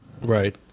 Right